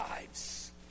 lives